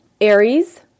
Aries